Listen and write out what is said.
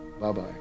Bye-bye